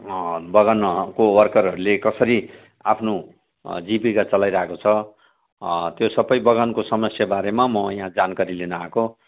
बगानमको वर्करहरूले कसरी आफ्नो जीविका चलाइरहेको छ त्यो सबै दोकानको समस्याबारेमा म यहाँ जानकारी लिन आएको